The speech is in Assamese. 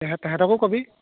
তাহাঁত তাহাঁতকো ক'বি